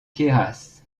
queyras